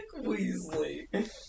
Weasley